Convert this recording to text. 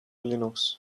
linux